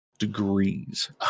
Degrees